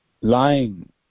lying